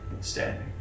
standing